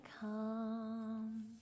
come